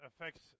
affects